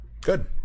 Good